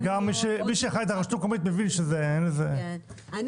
מי שחי את הרשות המקומית מבין שאין לזה כן.